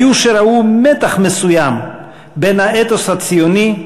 היו שראו מתח מסוים בין האתוס הציוני,